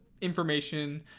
information